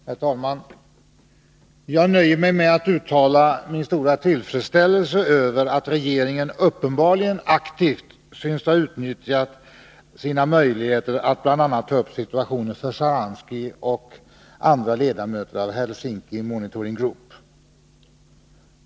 Herr talman! Jag nöjer mig med att uttala min stora tillfredsställelse över att regeringen uppenbarligen aktivt synes ha utnyttjat sina möjligheter att ta upp situationen för bl.a. Sjtjaranskij och andra ledamöter av Helsinki Monitoring Group.